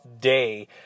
day